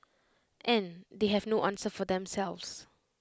and they have no answer for themselves